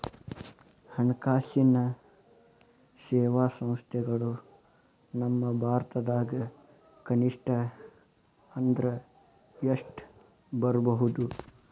ಹಣ್ಕಾಸಿನ್ ಸೇವಾ ಸಂಸ್ಥೆಗಳು ನಮ್ಮ ಭಾರತದಾಗ ಕನಿಷ್ಠ ಅಂದ್ರ ಎಷ್ಟ್ ಇರ್ಬಹುದು?